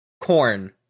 Corn